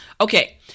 Okay